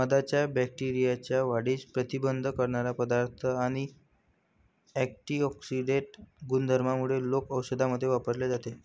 मधाच्या बॅक्टेरियाच्या वाढीस प्रतिबंध करणारा पदार्थ आणि अँटिऑक्सिडेंट गुणधर्मांमुळे लोक औषधांमध्ये वापरले जाते